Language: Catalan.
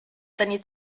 tenir